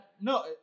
no